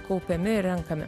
kaupiami renkami